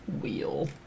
wheel